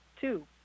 two